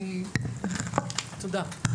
תודה.